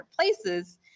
places